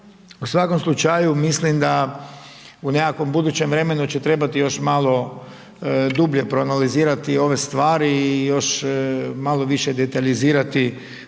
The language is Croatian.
u svakom slučaju mislim da u nekakvom budućem vremenu će trebati još malo dublje proanalizirati ove stvari i još malo više detaljizirati